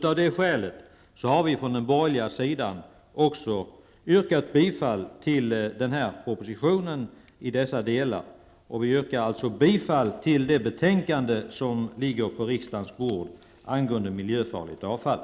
Av det skälet har vi från den borgerliga sidan i dessa delar också gett denna proposition vårt stöd. Jag yrkar bifall till hemställan i betänkandet om miljöfarligt avfall.